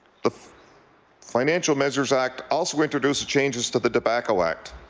the financial measures act also introduces changes to the tobacco act.